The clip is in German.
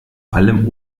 allem